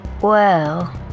Well